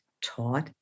taught